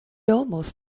almost